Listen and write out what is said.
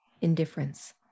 indifference